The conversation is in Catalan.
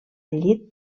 llit